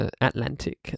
Atlantic